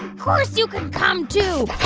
course you can come too.